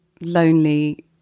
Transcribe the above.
lonely